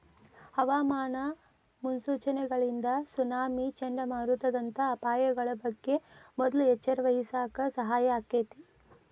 ಹವಾಮಾನ ಮುನ್ಸೂಚನೆಗಳಿಂದ ಸುನಾಮಿ, ಚಂಡಮಾರುತದಂತ ಅಪಾಯಗಳ ಬಗ್ಗೆ ಮೊದ್ಲ ಎಚ್ಚರವಹಿಸಾಕ ಸಹಾಯ ಆಕ್ಕೆತಿ